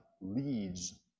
leads